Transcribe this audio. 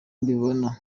mbibona